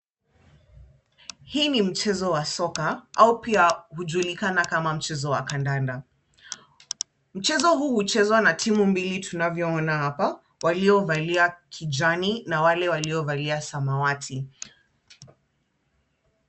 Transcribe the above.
Hii ni mchezo wa soka au pia hujulikana kama mchezo wa kandanda. Mchezo huu huchezwa na timu mbili tunavyoona hapa waliovalia kijani na wale waliovalia samawati.